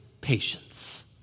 patience